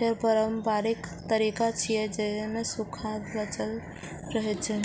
केर पारंपरिक तरीका छियै, जेइ मे सुआद बांचल रहै छै